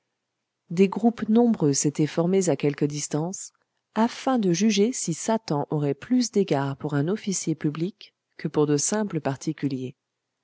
des groupes nombreux s'étaient formés à quelque distance afin de juger si satan aurait plus d'égards pour un officier public que pour de simples particuliers